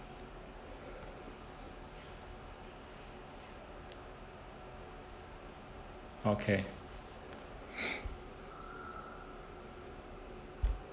okay